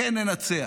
כן ננצח.